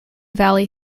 valley